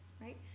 right